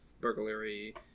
burglary